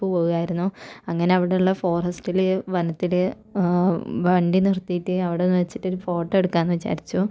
പോകുകയായിരുന്നു അങ്ങനെ അവിടെയുള്ള ഫോറസ്റ്റിൽ വനത്തിൽ വണ്ടി നിർത്തിയിട്ട് അവിടെ വെച്ചിട്ട് ഒരു ഫോട്ടോ എടുക്കാമെന്നു വിചാരിച്ചു